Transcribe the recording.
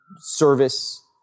service